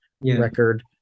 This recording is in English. record